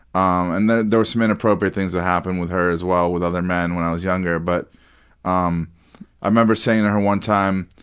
um and then there was some inappropriate things that happened with her as well with other men, when i was younger. but um i remember saying to her one time